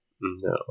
No